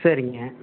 சரிங்க